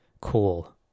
cool